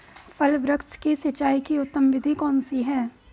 फल वृक्ष की सिंचाई की उत्तम विधि कौन सी है?